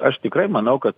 aš tikrai manau kad